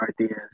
ideas